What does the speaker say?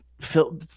Phil